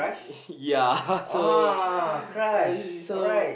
ya uh so so